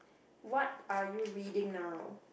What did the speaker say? what are you reading now